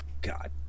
God